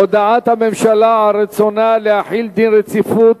הודעת הממשלה על רצונה להחיל דין רציפות